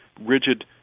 rigid